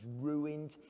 ruined